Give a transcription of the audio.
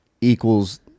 equals